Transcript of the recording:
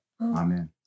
amen